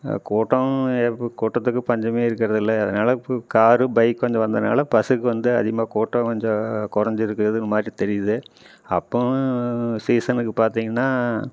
கூட்டம் இருக்கு கூட்டத்துக்கு பஞ்சமே இருக்கிறது இல்லை அதனால காரு பைக் கொஞ்சம் வந்தனால பஸ்ஸுக்கு வந்து அதிகமாக கூட்டம் கொஞ்சம் குறைஞ்சி இருக்குறது மாதிரி தெரியுது அப்போவும் சீசனுக்கு பார்த்திங்னா